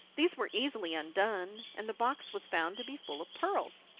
these were easily undone, and the box was found to be full of pearls,